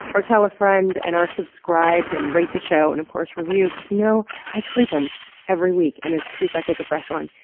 or tell a friend, and are subscribed, and rate the show, and of course review, cause you know i creep em every week. and as proof i pick a fresh one,